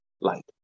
light